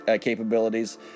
capabilities